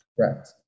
Correct